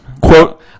Quote